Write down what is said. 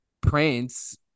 Prince